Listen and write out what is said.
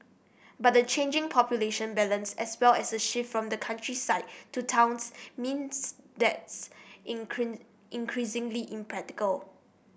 but the changing population balance as well as a shift from the countryside to towns means that's in increasingly impractical